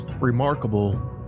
remarkable